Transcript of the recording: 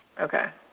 okay.